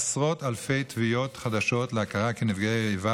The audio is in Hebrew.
עשרות אלפי תביעות חדשות להכרה כנפגעי איבה